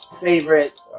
favorite